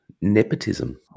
nepotism